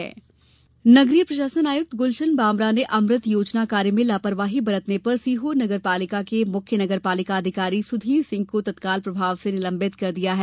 निलंबन नगरीय प्रशासन आयुक्त गुलशन बामरा ने अमृत योजना कार्य में लापरवाही बरतने पर सीहोर नगर पालिका के मुख्य नगर पालिका अधिकारी सुधीर सिंह को तत्काल प्रभाव से निलंबित कर दिया है